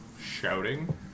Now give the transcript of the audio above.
shouting